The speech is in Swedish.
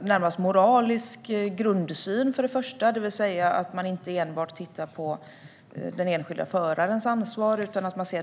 närmast moralisk grundsyn, det vill säga att man inte enbart tittar på den enskilde förarens ansvar.